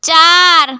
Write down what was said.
চার